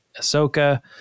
Ahsoka